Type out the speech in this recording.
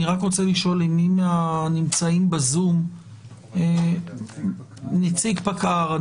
אני רק רוצה לשאול אם מי מהנמצאים בזום יש נציג פיקוד העורף?